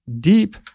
deep